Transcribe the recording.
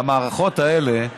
למערכות האלה,